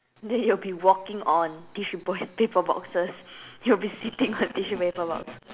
then you will be walking on tissue ball paper boxes you will be sitting on tissue paper box